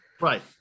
right